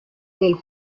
del